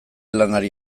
lanari